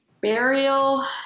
Burial